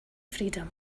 freedom